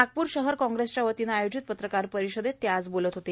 नागपूर शहर कॉग्रेसच्या वतीने आयोजित पत्रकार परिषदेत ते आज बोलत होते